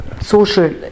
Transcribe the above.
social